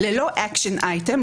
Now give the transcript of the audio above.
ללא action items,